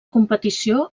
competició